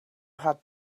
had